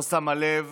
לא שמה לב